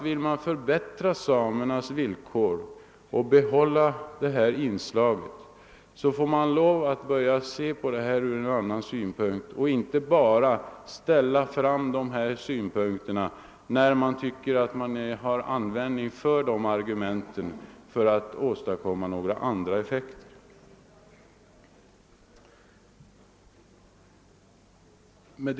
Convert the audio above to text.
Vill man förbättra samernas villkor och behålla detta folkinslag får man nog lov att se saken på ett annat sätt och inte bara komma med de här argumenten om samernas levnadsförhållanden, när man finner att man har användning för dem för att åstadkomma andra effekter. Herr talman!